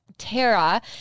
Tara